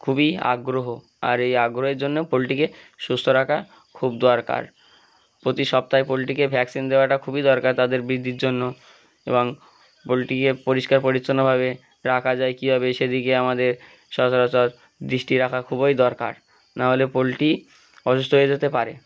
খুবই আগ্রহ আর এই আগ্রহের জন্য পোলট্রিকে সুস্থ রাখা খুব দরকার প্রতি সপ্তাহে পোলট্রিকে ভ্যাকসিন দেওয়াটা খুবই দরকার তাদের বৃদ্ধির জন্য এবং পোলট্রিকে পরিষ্কার পরিচ্ছন্নভাবে রাখা যায় কীভাবে সেদিকে আমাদের সচরাচর দৃষ্টি রাখা খুবই দরকার নাহলে পোলট্রি অসুস্থ হয়ে যেতে পারে